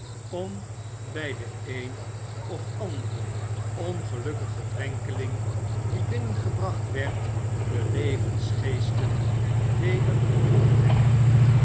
om by den een of anderen ongelukkigen drenkeling die binnengebracht werd de levensgeesten weer op te wekken